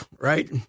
right